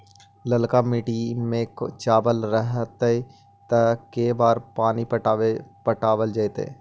ललका मिट्टी में चावल रहतै त के बार पानी पटावल जेतै?